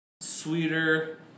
sweeter